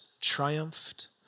triumphed